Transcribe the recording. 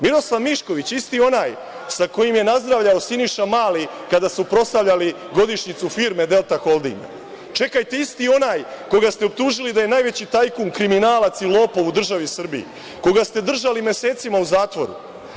Miroslav Mišković, isti onaj sa kojim je nazdravljao Siniša Mali kada su proslavljali godišnjicu firme „Delta holding“, čekajte, isti onaj koga ste optužili da je najveći tajkun, kriminalac i lopov u državi Srbiji, koga ste držali mesecima u zatvoru.